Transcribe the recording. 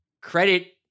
Credit